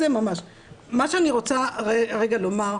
מה שאני רוצה רגע לומר,